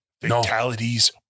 Fatalities